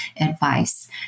advice